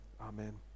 Amen